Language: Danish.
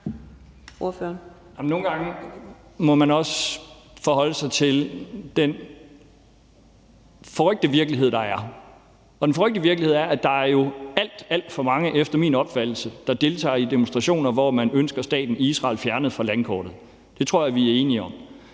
Nogle gange må man også forholde sig til den forrykte virkelighed, der er. Og den forrykte virkelighed er, at der jo efter min opfattelse er alt, alt for mange, der deltager i demonstrationer, hvor man ønsker staten Israel fjernet fra landkortet. Det tror jeg at vi er enige om.